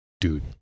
dude